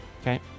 Okay